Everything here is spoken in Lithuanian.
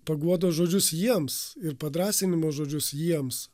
paguodos žodžius jiems ir padrąsinimo žodžius jiems